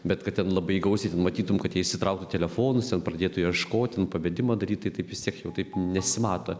bet kad ten labai gausite matytum kad išsitraukti telefonus ten pradėtų ieškoti pavedimą daryti taip visi jau taip nesimato